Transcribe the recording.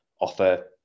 offer